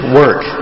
work